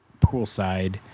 poolside